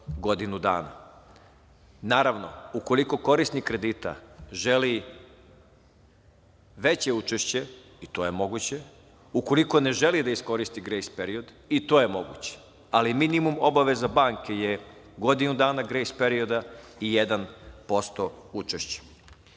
godinu dana. Naravno, ukoliko korisnik kredita želi veće učešće, i to je moguće, ukoliko ne želi da iskoristi grejs period, i to je moguće, ali minimum obaveza banke je godinu dana grejs perioda i 1%